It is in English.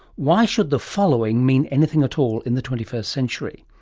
why should the following mean anything at all in the twenty first century?